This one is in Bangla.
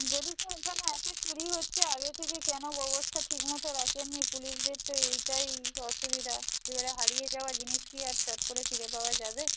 যদি স্যার এইখানে এত চুরি হচ্ছে আগে থেকে কেন ব্যবস্থা ঠিক মতো রাখেননি পুলিশদের তো এইটাই অসুবিধা এবারে হারিয়ে যাওয়া জিনিস কি আর চট করে ফিরে পাওয়া যাবে